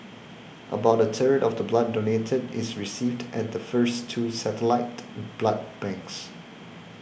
about a third of the blood donated is received at the first two satellite blood banks